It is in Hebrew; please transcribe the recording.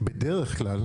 בדרך כלל,